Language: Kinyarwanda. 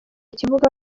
kibuga